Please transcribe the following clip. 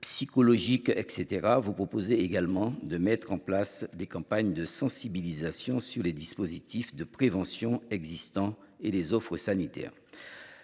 psychologiques, etc. Vous suggérez également de mettre en place des campagnes de sensibilisation sur les dispositifs de prévention existants et les offres sanitaires.